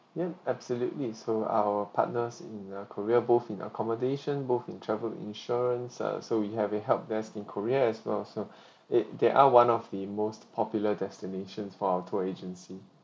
yup absolutely so our partners in uh korea both in accommodation both in travel insurance uh so we have a help there in korea as well also it they are one of the most popular destinations for our tour agency